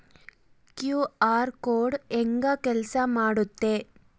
QR code ಹೆಂಗ ಕೆಲಸ ಮಾಡುತ್ತೆ?